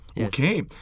Okay